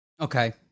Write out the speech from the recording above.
Okay